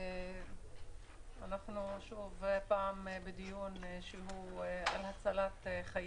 אנחנו שוב בדיון על הצלת חיים.